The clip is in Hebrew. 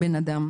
בן אדם.